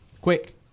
Quick